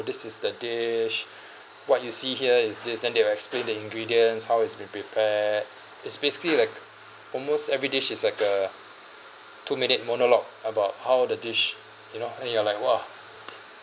this is the dish what you see here is this then they will explain the ingredients how is being prepared is basically like almost every dish is like a two minute monologue about how the dish you know and you are like !wah!